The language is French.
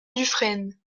dufresne